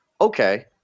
okay